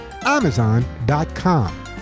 Amazon.com